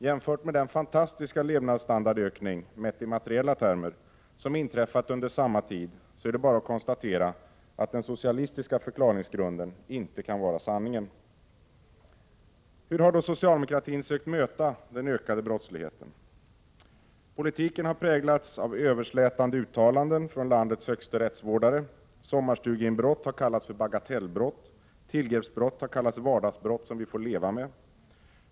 Jämfört med den fantastiska levnadsstandardökning — mätt i materiella termer — som inträffat under samma tid, är det bara att konstatera att den socialistiska förklaringsgrunden icke kan vara sanningen. Hur har då socialdemokratin sökt möta den ökade brottsligheten? Politiken har präglats av överslätande uttalanden från landets högste rättsvårdare. Sommarstugeinbrott har kallats ”bagatellbrott” och tillgreppsbrott har kallats ”vardagsbrott som vi får leva med”.